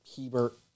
Hebert